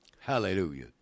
Hallelujah